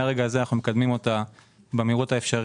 מרגע זה אנחנו מקדמים אותה במהירות האפשרית.